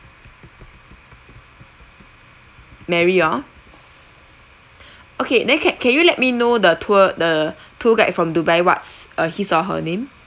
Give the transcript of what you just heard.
mary orh okay then can can you let me know the tour the tour guide from dubai what's uh his or her name